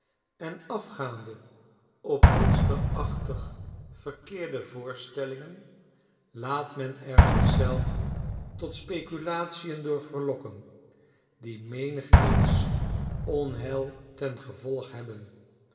en afgaande op monsterachtig verkeerde voorstellingen laat men er zich zelf tot speculation door verlokken die menigeens onheil ten gevolge hebben